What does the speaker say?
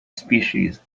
species